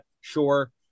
Sure